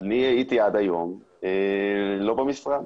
עד היום לא הייתי במשרד.